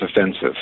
offensive